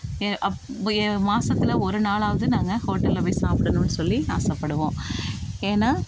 ஏ அப் ஏ மாசத்தில் ஒரு நாளாவது நாங்கள் ஹோட்டலில் போய் சாப்பிடணுன்னு சொல்லி ஆசைப்படுவோம் ஏன்னா